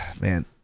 Man